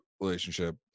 relationship